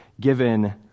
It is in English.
given